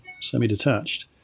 semi-detached